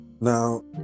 Now